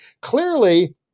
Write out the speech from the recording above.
clearly